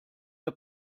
der